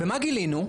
ומה גילינו?